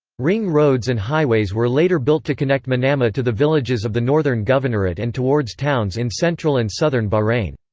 ring roads and highways were later built to connect manama to the villages of the northern governorate and towards towns in central and southern bahrain.